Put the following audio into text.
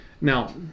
Now